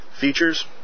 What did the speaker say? Features